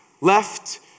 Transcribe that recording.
Left